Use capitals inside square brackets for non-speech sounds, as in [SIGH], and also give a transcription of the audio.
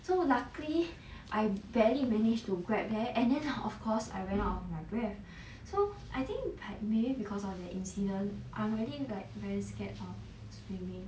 so luckily I barely managed to grab there and then of course I ran out of my breath [BREATH] so I think maybe because of the incident I'm really like very scared of swimming